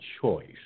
choice